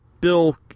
Bill